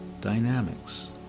dynamics